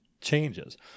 changes